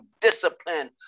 discipline